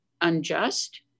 unjust